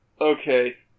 okay